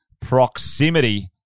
proximity